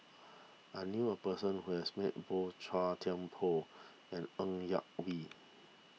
I knew a person who has met both Chua Thian Poh and Ng Yak Whee